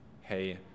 hey